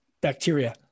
bacteria